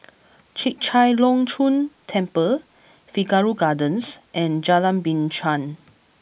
Chek Chai Long Chuen Temple Figaro Gardens and Jalan Binchang